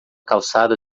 calçada